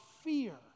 fear